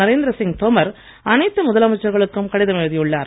நரேந்திரசிங் தோமர் அனைத்து முதலமைச்சர்களுக்கு கடிதம் எழுதியுள்ளார்